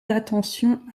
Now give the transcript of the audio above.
d’attention